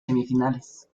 semifinales